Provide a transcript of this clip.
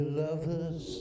lovers